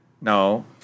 No